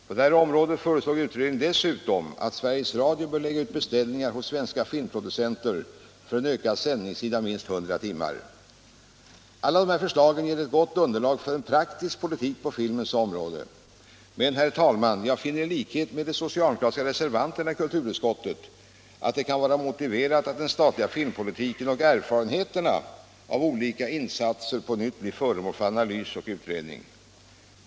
På detta område föreslog utredningen dessutom bl.a. att Sveriges Radio bör lägga ut beställningar hos svenska filmproducenter för en ökad sändningstid av minst 100 timmar. Alla dessa förslag ger ett gott underlag för en praktisk politik på filmens område. Men, herr talman, jag finner i likhet med de socialdemokratiska reservanterna i kulturutskottet att det kan vara motiverat att den statliga filmpolitiken och erfarenheterna av olika insatser på nytt blir föremål för analys och utredning.